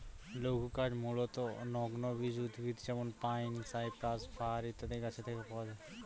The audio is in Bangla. লঘুকাঠ মূলতঃ নগ্নবীজ উদ্ভিদ যেমন পাইন, সাইপ্রাস, ফার ইত্যাদি গাছের থেকে পাওয়া যায়